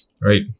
right